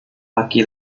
laki